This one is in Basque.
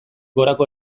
gorako